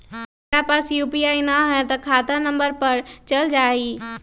जेकरा पास यू.पी.आई न है त खाता नं पर चल जाह ई?